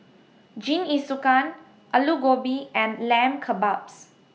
Jingisukan Alu Gobi and Lamb Kebabs